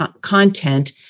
content